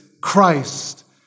Christ